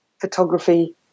photography